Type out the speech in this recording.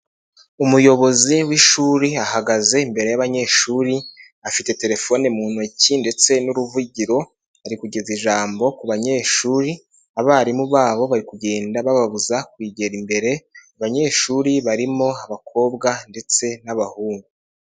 Umuyobozi w'ishuri ahagaze imbere y'abanyeshuri afite telefone mu ntoki ndetse n'uruvugiro ari kugeza ijambo ku banyeshuri, abarimu babo bari kugenda bababuza ku kwegera imbere abanyeshuri barimo abakobwa ndetse n'abahungu.